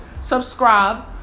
subscribe